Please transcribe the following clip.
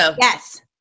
Yes